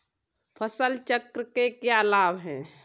फसल चक्र के क्या लाभ हैं?